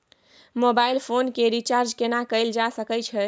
Mobile phone के recharge केना कैल जा सकै छै?